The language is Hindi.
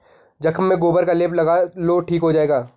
जख्म में गोबर का लेप लगा लो ठीक हो जाएगा